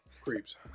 Creeps